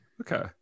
Okay